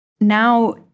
Now